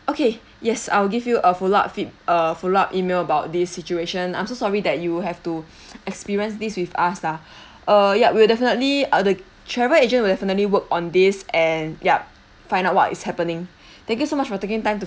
okay yes I'll give you a follow up feed uh follow up email about this situation I'm so sorry that you have to experience this with us lah ah ya we're definitely ah the travel agent will definitely work on this and yup find out what is happening thank you so much for taking a time to